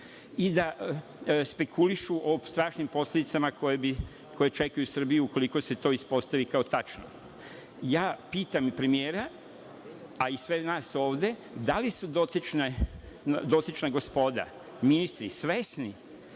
i da spekulišu o strašnim posledicama koje čekaju Srbiju, ukoliko se to ispostavi kao tačno. Ja pitam premijera, a i sve nas ovde, da li su dotična gospoda ministri, svesni